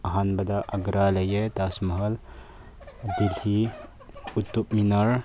ꯑꯍꯥꯟꯕꯗ ꯑꯒ꯭ꯔꯥ ꯂꯩꯌꯦ ꯇꯥꯖ ꯃꯍꯜ ꯑꯗꯒꯤ ꯀꯨꯇꯨꯕ ꯃꯤꯅꯔ